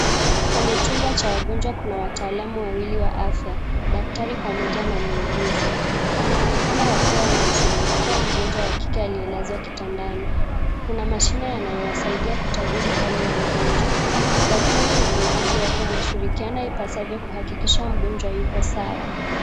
Kwenye chumba cha wagonjwa kuna wataalamu wawili wa afya, daktari pamoja na muuguzi . Wanaonekana wakiwa wanamshughulikia mgonjwa wa kike aliyelazwa kitandani. Kuna mashine yanayowasaidia kutabiri hali ya mgonjwa. Daktari na mwuguzi wake wanashirikiana ipasavyo kuhakikisha mgonjwa yuko sawa.